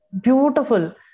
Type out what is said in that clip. Beautiful